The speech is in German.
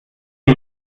ich